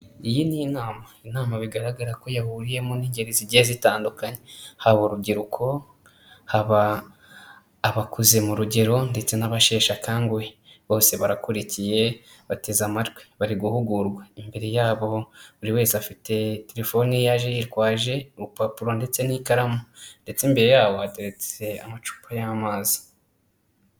Iyi ni inama, inama bigaragara ko yahuriyemo n'ingeri zigiye zitandukanye, haba urubyiruko haba abakuze mu rugero ndetse n'abasheshekanguhe bose barakurikiye bateze amatwi bari guhugurwa, imbere yabo buri wese afite telefoni yaje yitwaje urupapuro ndetse n'ikaramu ndetse imbere yabo hateretse amacupa y'amazi.